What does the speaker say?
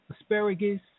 asparagus